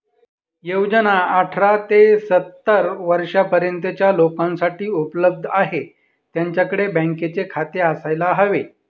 योजना अठरा ते सत्तर वर्षा पर्यंतच्या लोकांसाठी उपलब्ध आहे, त्यांच्याकडे बँकेचे खाते असायला हवे